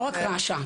לא רק רש"א.